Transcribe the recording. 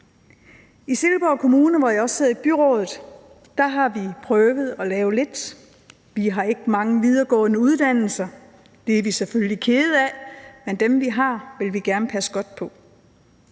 I Silkeborg Kommune, hvor jeg også sidder i byrådet, har vi prøvet at lave lidt. Vi har ikke mange videregående uddannelser, og det er vi selvfølgelig kede af, men dem, vi har, vil vi gerne passe godt på.